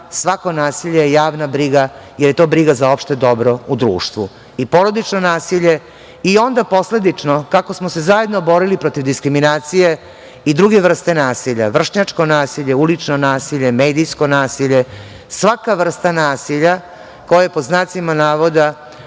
svako nasilje je javna briga, jer je to briga za opšte dobro u društvu i porodično nasilje i onda posledično kako smo se zajedno borili protiv diskriminacije i druge vrste nasilja, vršnjačko nasilje, ulično nasilje, medijsko nasilje, svaka vrsta nasilja koju je „stvori